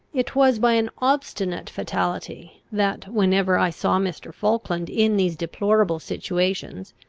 it was by an obstinate fatality that, whenever i saw mr. falkland in these deplorable situations,